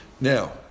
Now